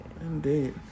Indeed